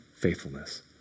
faithfulness